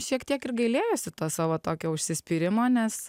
šiek tiek ir gailėjosi to savo tokio užsispyrimo nes